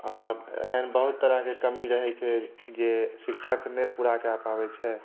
आ एहन बहुत तरहकेँ कमी रहै छै जे शिक्षक नहि पुरा कए पाबै छै